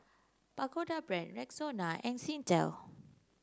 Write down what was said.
Pagoda Brand Rexona and Singtel